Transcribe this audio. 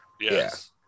Yes